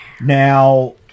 Now